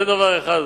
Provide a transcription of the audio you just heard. זה דבר אחד.